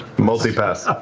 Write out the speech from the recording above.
multipass.